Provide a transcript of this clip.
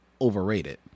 overrated